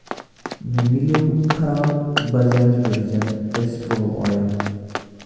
مےٚ میلٮ۪و خراب بَجاج ؤرجِن کیسٹرو آیِل